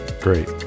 Great